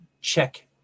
check